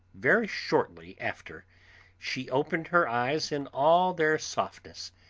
very shortly after she opened her eyes in all their softness,